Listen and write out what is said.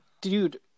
dude